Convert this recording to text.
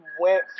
went